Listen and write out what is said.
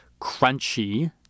crunchy